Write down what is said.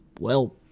Well